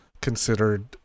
considered